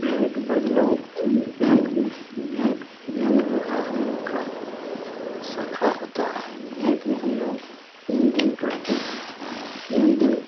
bank बदलाव bank bank bank जो है हमलोग का शाखा होती है बैंक में हमलोग लेनदेन करते हैं लेनदेन